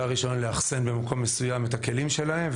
רישיון לאחסן במקום מסוים את הכלים שלהם,